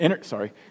sorry